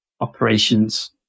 operations